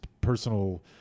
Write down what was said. personal